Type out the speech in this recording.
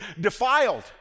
defiled